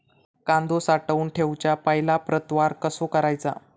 कांदो साठवून ठेवुच्या पहिला प्रतवार कसो करायचा?